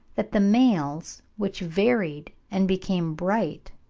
that the males which varied and became bright,